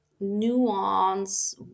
nuance